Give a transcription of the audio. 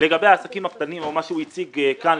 לגבי העסקים הקטנים או מה שהוצג כאן,